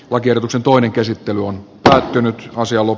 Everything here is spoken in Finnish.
lakiehdotuksen toinen käsittely on äänestänyt